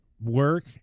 work